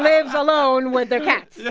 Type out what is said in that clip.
lives alone with their cats yeah